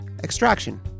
Extraction